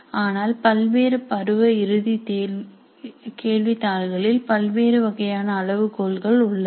ஆனால் பல்வேறு பருவ இறுதி கேள்வி தாள்களில் பல்வேறு வகையான அளவுகோல்கள் உள்ளன